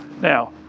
now